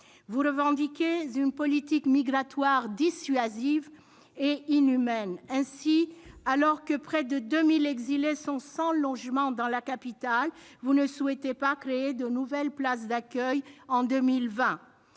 Vous revendiquez une politique migratoire dissuasive et inhumaine : ainsi, alors que près de 2 000 exilés sont sans logement dans la capitale, vous ne souhaitez pas créer de nouvelles places d'accueil en 2020.